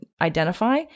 identify